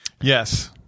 yes